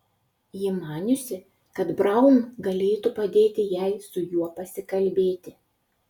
ji maniusi kad braun galėtų padėti jai su juo pasikalbėti